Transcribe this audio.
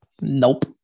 Nope